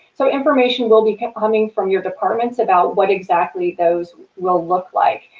so information will be coming from your departments about what exactly those will look like.